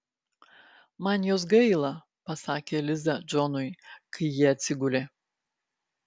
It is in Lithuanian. man jos gaila pasakė liza džonui kai jie atsigulė